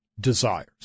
desires